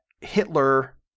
Hitler